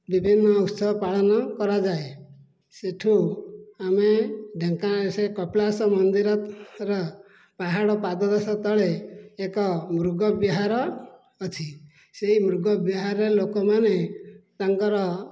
ବିଭିନ୍ନ ଉତ୍ସବ ପାଳନ କରାଯାଏ ସେଇଠୁ ଆମେ ଢେଙ୍କାନାଳ ସେ କପିଳାସ ମନ୍ଦିରର ପାହାଡ଼ ପାଦ ଦଶ ତଳେ ଏକ ମୃଗବିହାର ଅଛି ସେଇ ମୃଗବିହାରରେ ଲୋକମାନେ ତାଙ୍କର